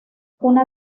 una